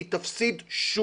כי היא תפסיד שוב.